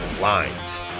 lines